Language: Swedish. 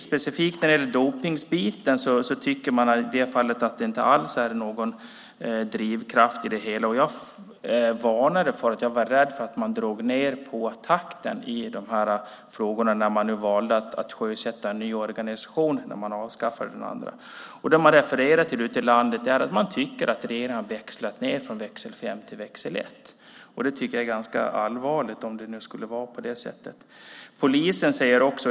Speciellt när det gäller dopning tycker man att det inte alls finns någon drivkraft. Jag varnade för att takten skulle dras ned när det gäller dessa frågor då en ny organisation sjösattes och den andra avskaffades. Ute i landet anser man att regeringen har växlat ned från femmans växel till ettans växel. Det är ganska allvarligt om det skulle vara på det sättet.